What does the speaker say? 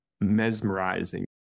mesmerizing